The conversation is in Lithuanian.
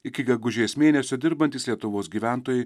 iki gegužės mėnesio dirbantys lietuvos gyventojai